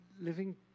Living